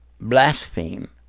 blaspheme